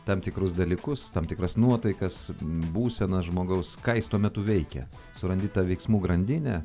tam tikrus dalykus tam tikras nuotaikas būsenas žmogaus ką jis tuo metu veikia surandi tą veiksmų grandinę